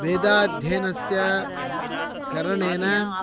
वेदाध्ययनस्य करणेन